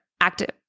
active